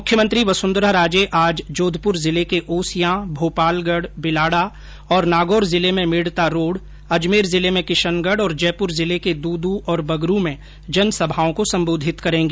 मुख्यमंत्री वसुंधरा राजे आज जोधपुर जिले के ओसियां भोपालगढ बिलाडा और नागौर जिले में मेडता रोड अजमेर जिले में किशनगढ और जयपुर जिले के दूदू और बगरू में जनसभाओं को सम्बोधित करेंगी